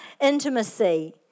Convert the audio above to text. Intimacy